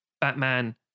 Batman